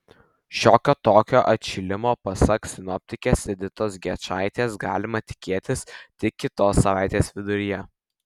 šiokio tokio atšilimo pasak sinoptikės editos gečaitės galima tikėtis tik kitos savaitės viduryje